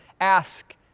ask